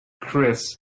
Chris